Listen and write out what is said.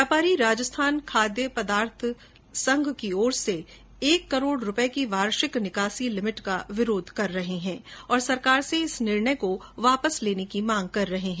व्यापारी राजस्थान खाद्य पदार्थ व्यापार संघ की ओर से एक करोड़ रूपए वार्षिक निकासी लिमिट का विरोध किया जा रहा है और सरकार से इस निर्णय को वापस लेने की मांग की जा रही है